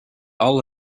all